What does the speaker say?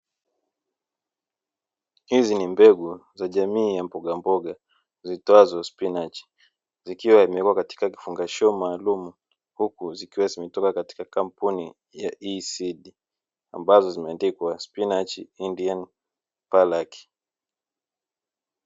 Hizi ni mbegu za jamii ya mbogamboga aina ya spinachi zikiwa zimewekwa katika kifungashio maalumu, huku zikiwa zimetoka katika kampuni ya Easeed ambazo zimeandikwa “Spinachi indiani palaki”